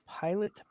Pilot